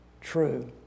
true